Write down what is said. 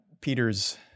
Peter's